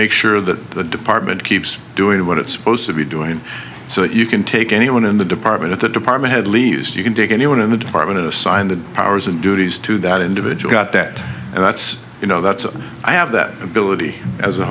make sure that the department keeps doing what it's supposed to be doing so that you can take anyone in the department of the department head least you can take anyone in the department assign the powers and duties to that individual got that and that's you know that's what i have that ability as a